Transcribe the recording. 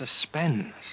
suspense